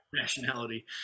nationality